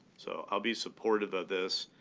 so i'll be supportive of this.